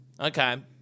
Okay